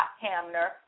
Hamner